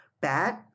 bad